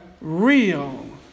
Real